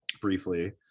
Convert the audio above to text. briefly